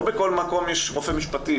לא בכל מקום יש רופא משפטי,